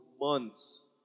months